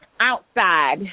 outside